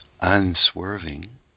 unswerving